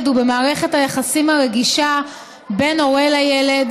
ובמערכת היחסים הרגישה בין הורה לילד,